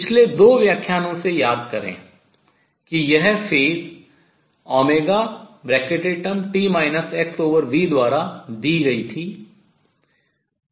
पिछले दो व्याख्यानों से याद करें कि यह phase कला t xv द्वारा दी गयी है